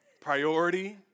priority